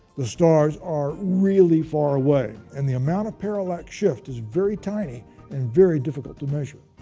the stars are really far away, and the amount of parallax shift is very tiny and very difficult to measure.